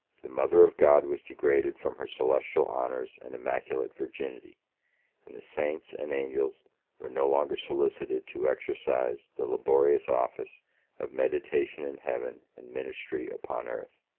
the mother of god was degraded from her celestial honors and immaculate virginity and the saints and angels were no longer solicited to exercise the laborious office of meditation in heaven, and ministry upon earth.